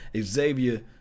Xavier